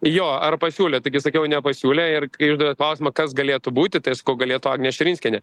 jo ar pasiūlė taigi sakiau nepasiūlė ir uždavė klausimą kas galėtų būti tai aš sakau galėtų agnė širinskienė